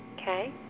Okay